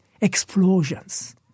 explosions